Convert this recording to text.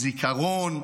זיכרון,